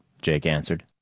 jake answered.